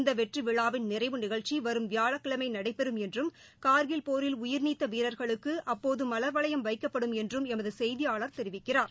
இந்த வெற்றி விழாவின் நிறைவு நிகழ்ச்சி வரும் வியாழக்கிழமை நடைபெறும் என்றும் கார்கில் போரில் உயிர்நீத்த வீரர்களுக்கு அப்போது மலர்வளையம் வைக்கப்படும் என்றும் எமது செய்தியாளர் தெரிவிக்கிறார்